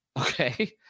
okay